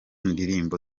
indirimbo